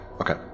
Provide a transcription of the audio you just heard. Okay